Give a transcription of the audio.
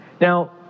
Now